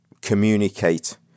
communicate